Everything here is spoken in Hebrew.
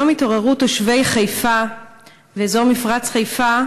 היום התעוררו תושבי חיפה באזור מפרץ חיפה,